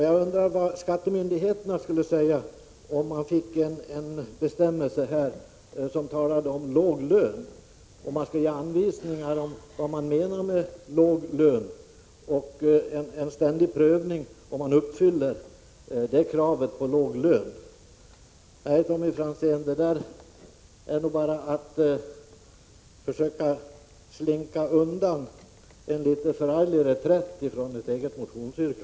Jag undrar vad skattemyndigheterna skulle säga om man införde bestämmelser där man använder uttrycket låg lön, om man då skulle ge anvisningar om vad som menas med låg lön och om man då skulle vara tvungen att pröva vem som uppfyller kravet på låg lön. Tommy Franzén försöker nog bara slinka undan en förarglig reträtt från ett eget motionsyrkande.